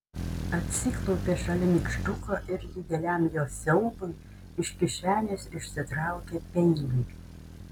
atsiklaupė šalia nykštuko ir dideliam jo siaubui iš kišenės išsitraukė peilį